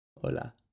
Hola